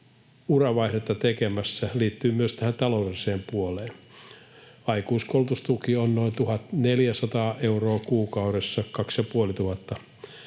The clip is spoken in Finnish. uranvaihtoa tekemässä, liittyy tähän taloudelliseen puoleen. Aikuiskoulutustuki on noin 1 400 euroa kuukaudessa 2 500